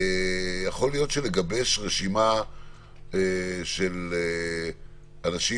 יכול להיות שיש לגבש רשימה של אנשים